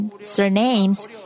surnames